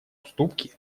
уступки